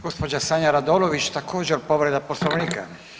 Gospođa Sanja Radolović također povreda Poslovnika.